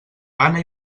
gana